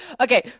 Okay